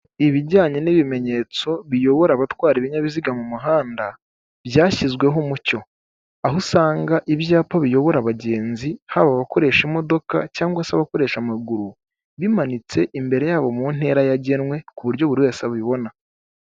Ibijyanye n'ibimenyetso biyobora abatwara ibinyabiziga mu muhanda byashyizweho umucyo aho usanga ibyapa biyobora abagenzi haba abakoresha imodoka cyangwa se abakoresha amaguru bimanitse imbere yabo mu ntera yagenwe ku buryo buri wese abibona.